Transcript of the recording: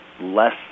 less